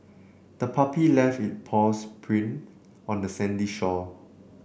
the puppy left its paws print on the sandy shore